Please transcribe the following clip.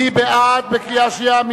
מי בעד בקריאה שנייה?